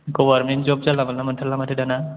government जब जानला मोनला मोनथारला माथो दाना